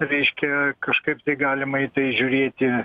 reiškia kažkaip tai galima į tai žiūrėti